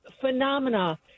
phenomena